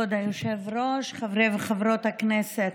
חברי וחברות הכנסת,